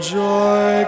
joy